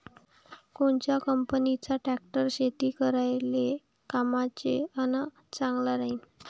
कोनच्या कंपनीचा ट्रॅक्टर शेती करायले कामाचे अन चांगला राहीनं?